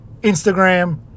Instagram